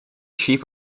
chief